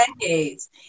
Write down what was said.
Decades